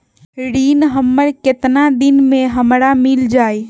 ऋण हमर केतना दिन मे हमरा मील जाई?